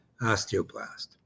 osteoblast